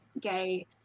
gay